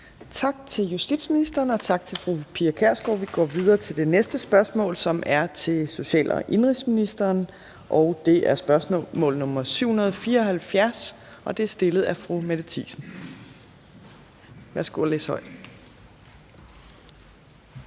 Tak til justitsministeren, og tak til fru Pia Kjærsgaard. Vi går videre til det næste spørgsmål, som er til social- og indenrigsministeren. Det er spørgsmål nr. S 774, og det er stillet af fru Mette Thiesen. Kl. 15:15 Spm. nr.